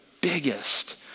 biggest